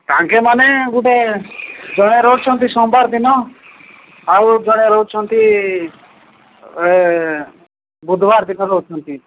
ତାଙ୍କେମାନେ ଗୋଟେ ଜଣେ ରହୁଛନ୍ତି ସୋମବାର ଦିନ ଆଉ ଜଣେ ରହୁଛନ୍ତି ବୁଧବାର ଦିନ ରହୁଛନ୍ତି